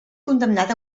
condemnat